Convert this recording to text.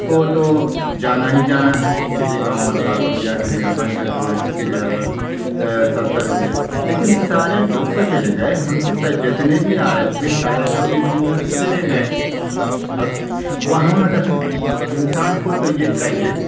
کو تو جانا ہی جانا ہے کسی کا عمر ساٹھ ہو گیا کسی کا پینسٹھ ہو گیا کسی کا ہے ستر ہو گیا لیکن سارے لوگ تو چلے گئے ہم سے جتنے بھی آئے تھے سارے لوگ اس دنیا سے چلے گئے اب وہاں میں رکھنے انسان کو تو یہ چاہیے